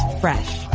fresh